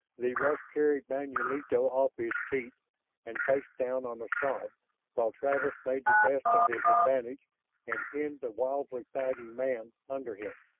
the rush carried manulito off his feet and face down on the sod while travis made the best of his advantage and pinned the wildly fighting man under him.